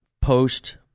post